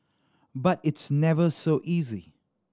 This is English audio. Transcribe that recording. but it's never so easy